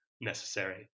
necessary